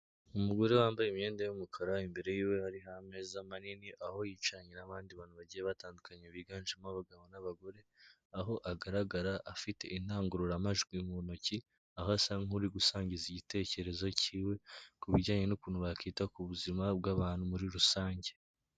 Umugore wambaye imyenda y'umukara imbere y'iwe hariho ameza manini, aho yicaranye n'abandi bantu bagiye batandukanye biganjemo abagabo n'abagore, aho agaragara afite indangururamajwi mu ntoki aho asa nk'uri gusangiza igitekerezo k'iwe ku bijyanye n'ukuntu bakwita ku buzima bw'abantu muri rusange.